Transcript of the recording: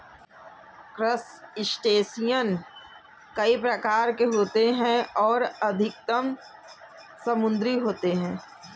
crustacean कई प्रकार के होते हैं और अधिकतर समुद्री होते हैं